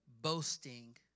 boasting